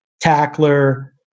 tackler